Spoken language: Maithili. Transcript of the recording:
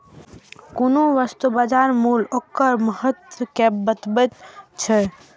कोनो वस्तुक बाजार मूल्य ओकर महत्ता कें बतबैत छै